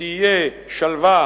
ותהיה שלווה,